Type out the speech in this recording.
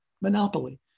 monopoly